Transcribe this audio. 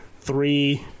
three